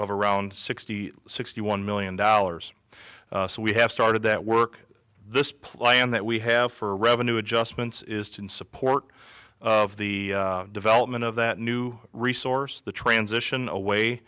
around sixty sixty one million dollars so we have started that work this plan that we have for revenue adjustments is to in support of the development of that new resource the transition away